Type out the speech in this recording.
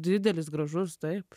didelis gražus taip